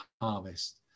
harvest